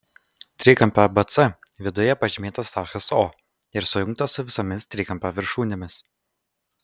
trikampio abc viduje pažymėtas taškas o ir sujungtas su visomis trikampio viršūnėmis